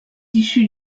issu